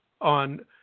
on